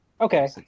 okay